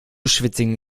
schwitzigen